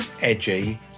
edgy